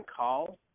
call